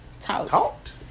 talked